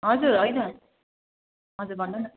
हजुर होइन हजुर भन्नु न